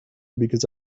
because